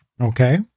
Okay